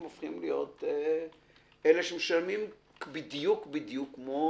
הם הופכים להיות אלה שמשלמים בדיוק כמו